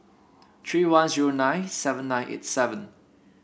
three one zero nine seven nine eight seven